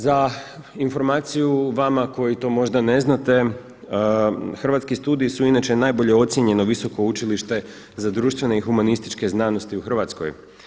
Za informaciju vama koji to možda ne znate, Hrvatski studiji su inače najbolje ocijenjeno visoko učilište za društvene i humanističke znanosti u Hrvatskoj.